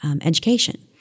education